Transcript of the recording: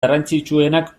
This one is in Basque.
garrantzitsuenak